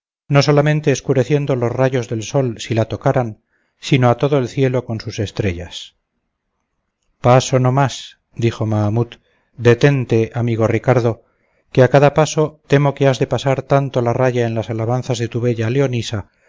no solamente escureciendo los rayos del sol si la tocaran sino a todo el cielo con sus estrellas paso no más dijo mahamut detente amigo ricardo que a cada paso temo que has de pasar tanto la raya en las alabanzas de tu bella leonisa